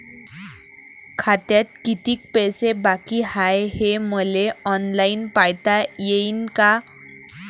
खात्यात कितीक पैसे बाकी हाय हे मले ऑनलाईन पायता येईन का?